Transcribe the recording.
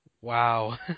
Wow